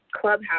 Clubhouse